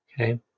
Okay